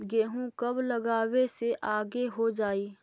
गेहूं कब लगावे से आगे हो जाई?